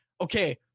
okay